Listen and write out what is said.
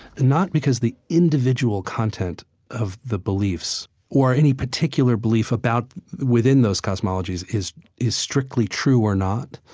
not because the individual content of the beliefs or any particular belief about, within those cosmologies is is strictly true or not.